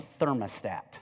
thermostat